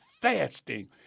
fasting